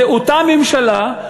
זו אותה ממשלה,